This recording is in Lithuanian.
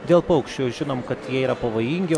dėl paukščių žinom kad jie yra pavojingi